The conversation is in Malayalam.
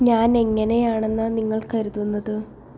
ഞാൻ എങ്ങനെയാണെന്നാണ് നിങ്ങൾ കരുതുന്നത്